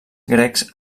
grecs